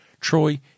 Troy